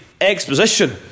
exposition